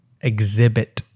exhibit